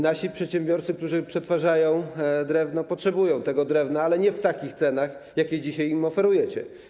Nasi przedsiębiorcy, którzy przetwarzają drewno, potrzebują tego drewna, ale nie w takich cenach, w jakich dzisiaj im oferujecie.